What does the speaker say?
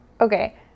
Okay